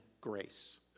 grace